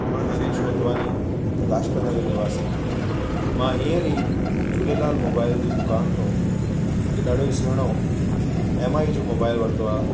मां नरेश होतवानी लाजपत नगर निवासी मां हींअर ई झूलेलाल मोबाइल जी दुकान खां हिकु ॾाढो ही सुहिणो एमआई जो मोबाइल वरितो आहे